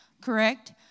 Correct